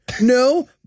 No